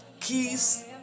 Keys